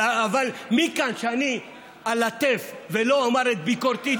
אבל מכאן שאני אלטף ולא אומר את ביקורתי,